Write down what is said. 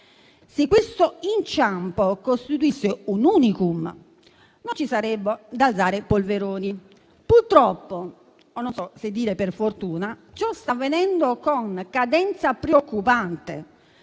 Se questo inciampo costituisse un *unicum*, non ci sarebbe da alzare polveroni, ma purtroppo - non so se dire per fortuna - ciò sta avvenendo con cadenza preoccupante: